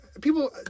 people